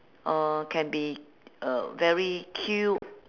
uh can be uh very cute